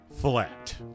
flat